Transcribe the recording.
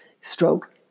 stroke